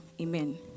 Amen